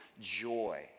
joy